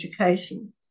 education